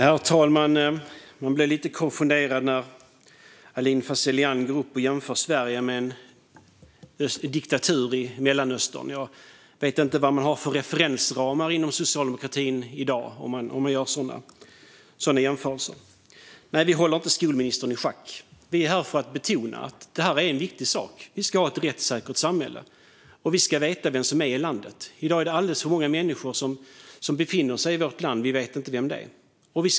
Herr talman! Jag blir lite konfunderad när Aylin Fazelian jämför Sverige med en diktatur i Mellanöstern. Jag vet inte vad man har för referensramar i Socialdemokraterna i dag om man gör sådana jämförelser. Nej, Sverigedemokraterna håller inte skolministern i schack. Jag är här för att betona att det är viktigt med ett rättssäkert samhälle och att veta vem som är i landet. I dag befinner sig alltför många människor i landet utan att vi vet vilka de är.